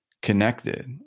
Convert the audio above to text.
connected